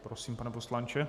Prosím, pane poslanče.